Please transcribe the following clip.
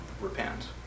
repent